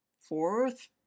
fourth